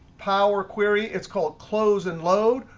power query is called close and load.